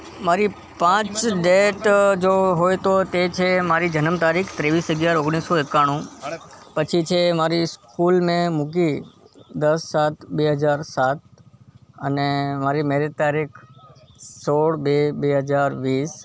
મારી પાંચ ડેટ જો હોય તો તે છે મારી જન્મ તારીખ ત્રેવીસ અગિયાર ઓગણીસ સો એકાણું પછી છે મારી સ્કૂલ મેં મૂકી દસ સાત બે હજાર સાત અને મારી મૅરેજ તારીખ સોળ બે બે હજાર વીસ